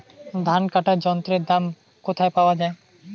ধান কাটার যন্ত্রের দাম কোথায় পাওয়া যায়?